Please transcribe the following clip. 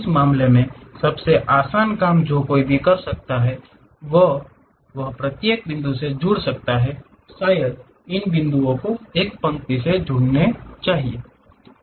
उस मामले में सबसे आसान काम जो कोई भी कर सकता है तो वह प्रत्येक बिंदु से जुड़ सकता है शायद इन बिंदुओं को एक पंक्ति से जुड़ने के लिए चुनें